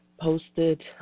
posted